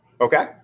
Okay